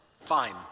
Fine